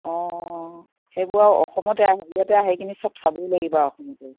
অঁ সেইবোৰ আৰু অসমতে হেৰিয়তে আহিকিনি সব চাব লাগিব আৰু অসমতে